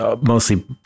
mostly